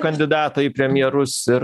kandidatą į premjerus ir